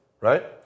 right